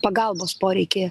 ir pagalbos poreikį